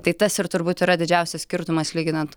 tai tas ir turbūt yra didžiausias skirtumas lyginant